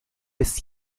bis